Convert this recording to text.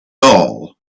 all